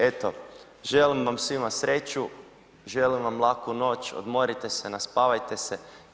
Eto želim vam svima sreću, želim vam laku noć, odmorite se, naspavajte se.